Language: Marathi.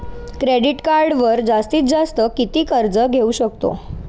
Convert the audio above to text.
क्रेडिट कार्डवर जास्तीत जास्त किती कर्ज घेऊ शकतो?